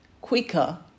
quicker